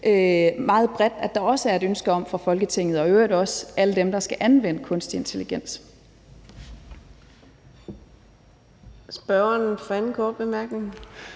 meget bredt er et ønske om fra Folketingets side og i øvrigt også fra alle dem, der skal anvende kunstig intelligens.